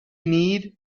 need